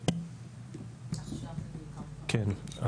כן,